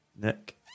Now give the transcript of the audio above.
Nick